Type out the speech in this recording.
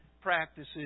practices